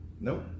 Nope